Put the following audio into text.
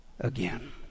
again